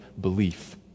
belief